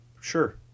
sure